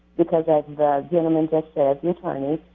because as the gentleman just said, the attorney,